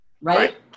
Right